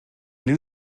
new